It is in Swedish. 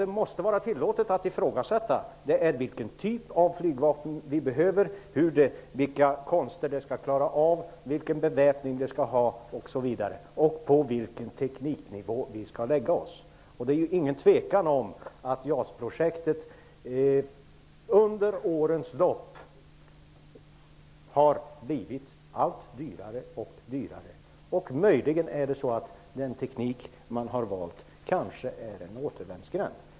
Det måste vara tillåtet att ifrågasätta vilken typ av flygvapen vi behöver, vilka konster det skall klara, vilken beväpning det skall ha och på vilken tekniknivå vi skall lägga oss. Det är ingen tvekan om att JAS-projektet under årens lopp har blivit allt dyrare. Möjligen är den teknik som man valt en återvändsgränd.